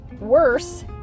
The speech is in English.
worse